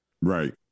right